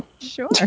sure